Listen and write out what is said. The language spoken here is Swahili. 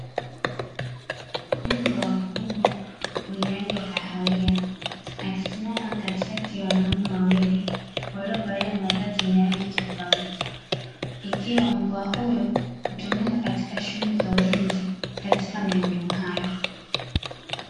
Mbwa mkubwa mweny rangi ya kahawia akisimama katikati ya wanaume wawili waliovalia mavazi yenye rangi tofauti, ikiwa mbwa huyo hutumika katika shughuli za ulinzi katika maeneo hayo.